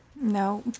No